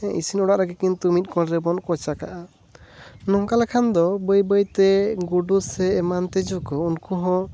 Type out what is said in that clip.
ᱤᱥᱤᱱ ᱚᱲᱟᱜ ᱨᱮᱜᱮ ᱠᱤᱱᱛᱩ ᱢᱤᱫ ᱠᱚᱸᱰ ᱨᱮᱱᱚᱱ ᱠᱚᱪᱟ ᱠᱟᱜᱼᱟ ᱱᱚᱝᱠᱟ ᱞᱮᱠᱷᱟᱱ ᱫᱚ ᱵᱟᱹᱭ ᱵᱟᱹᱭᱛᱮ ᱜᱩᱰᱩ ᱥᱮ ᱮᱢᱟᱱ ᱛᱤᱡᱩ ᱠᱚ ᱩᱱᱠᱩ ᱦᱚᱸ